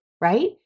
right